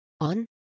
on